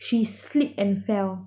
she slipped and fell